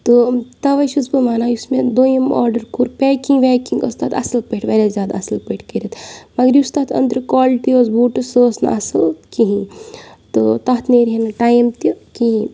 تہٕ تَوَے چھَس بہٕ وَنان یُس مےٚ دٔیِم آڈَر کوٚر پیکِنٛگ ویکِنٛگ ٲس تَتھ اَصٕل پٲٹھۍ واریاہ زیادٕ اَصٕل پٲٹھۍ کٔرِتھ مگر یُس تَتھ أنٛدرٕ کالٹی ٲس بوٗٹَس سُہ ٲس نہٕ اَصٕل کِہیٖنۍ تہٕ تَتھ نیرِہے نہٕ ٹایم تہِ کِہیٖنۍ